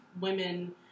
women